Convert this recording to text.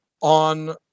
on